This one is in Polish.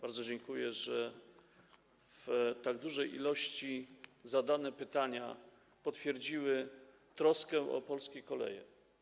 Bardzo dziękuję, że w tak dużej liczbie zadane pytania potwierdziły troskę o polskie koleje.